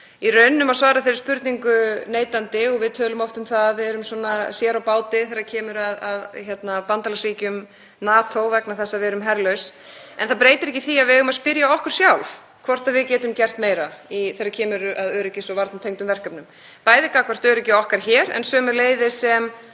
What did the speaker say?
Í rauninni má svara þeirri spurningu neitandi. Við tölum oft um að við séum sér á báti þegar kemur að bandalagsríkjum NATO vegna þess að við erum herlaus en það breytir ekki því að við eigum að spyrja okkur sjálf hvort við getum gert meira þegar kemur að öryggis- og varnartengdum verkefnum, bæði gagnvart öryggi okkar hér en sömuleiðis sem